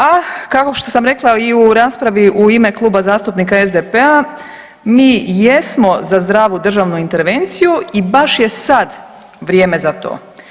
A kao što sam rekla i u raspravi u ime Kluba zastupnika SDP-a mi jesmo za zdravu državnu intervenciju i baš je sada vrijeme za to.